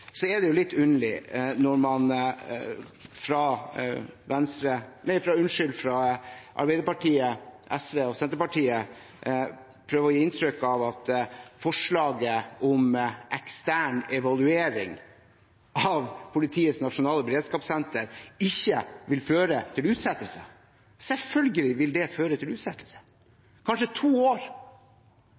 Så er det litt underlig når man fra Arbeiderpartiet, SV og Senterpartiets side prøver å gi inntrykk av at forslaget om ekstern evaluering av Politiets nasjonale beredskapssenter ikke vil føre til utsettelse. Selvfølgelig vil det føre til utsettelse – kanskje to år.